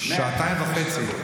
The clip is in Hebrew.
שעתיים וחצי.